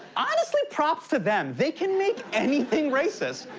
honestly, props to them. they can make anything racist.